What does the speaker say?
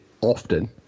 often